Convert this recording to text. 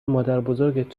مادربزرگت